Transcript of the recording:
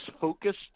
focused